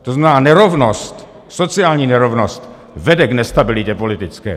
To znamená nerovnost, sociální nerovnost, vede k nestabilitě politické.